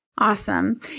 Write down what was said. Awesome